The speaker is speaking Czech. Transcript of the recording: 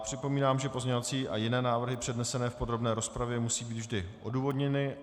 Připomínám, že pozměňovací a jiné návrhy přednesené v podrobné rozpravě musí být vždy odůvodněny.